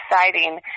exciting